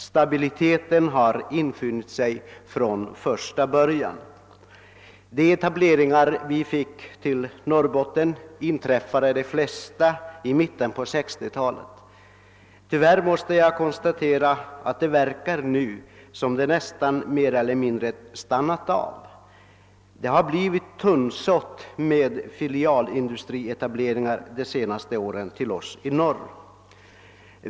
Stabiliteten har infunnit sig från första början. De flesta etableringar Norrbotten fick gjordes i mitten på 1960-talet. Tyvärr måste jag konstatera att det nu verkar som om dessa etableringar mer eller mindre stannat av. Det har blivit tunnsått med filialetableringar till oss i norr under de senaste åren.